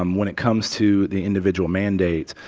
um when it comes to the individual mandates,